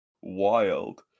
wild